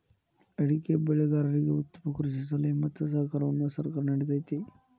ಅಡಿಕೆ ಬೆಳೆಗಾರರಿಗೆ ಉತ್ತಮ ಕೃಷಿ ಸಲಹೆ ಮತ್ತ ಸಹಕಾರವನ್ನು ಸರ್ಕಾರ ನಿಡತೈತಿ